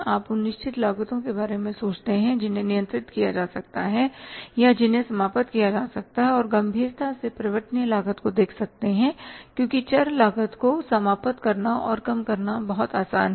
आप उन निश्चित लागतों के बारे में सोचते हैं जिन्हें नियंत्रित किया जा सकता है या जिन्हें समाप्त किया जा सकता है और गंभीरता से परिवर्तनीय लागत को देख सकते हैं क्योंकि चर लागत को समाप्त करना और कम करना बहुत आसान है